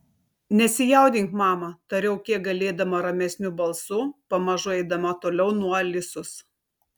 nesijaudink mama tariau kiek galėdama ramesniu balsu pamažu eidama toliau nuo alisos